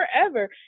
forever